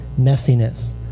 messiness